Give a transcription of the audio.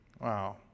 Wow